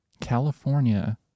California